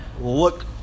Look